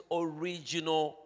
original